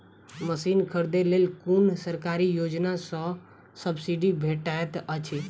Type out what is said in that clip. Machine खरीदे लेल कुन सरकारी योजना सऽ सब्सिडी भेटैत अछि?